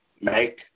make